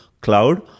cloud